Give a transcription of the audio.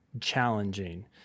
challenging